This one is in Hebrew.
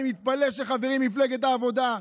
אני מתפלא על חברים ממפלגת העבודה,